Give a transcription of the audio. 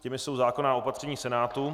Těmi jsou zákonná opatření Senátu.